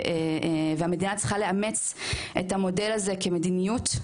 והמדינה צריכה לאמץ את המודל הזה כמדיניות,